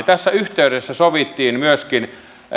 tässä yhteydessä sovittiin myöskin